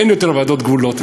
אין יותר ועדות גבולות,